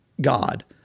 God